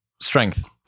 strength